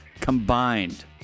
combined